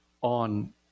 on –